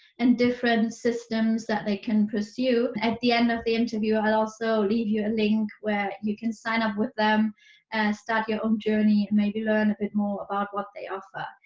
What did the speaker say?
and different systems that they can pursue. at the end of the interview i'll also leave you a link where you can sign up with them and start your own journey and maybe learn a bit more about what they offer.